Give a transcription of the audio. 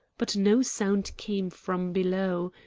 but no sound came from below.